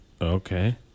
Okay